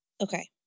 Okay